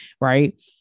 Right